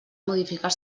modificar